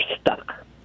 stuck